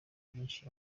nyinshi